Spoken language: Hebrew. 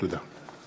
תודה.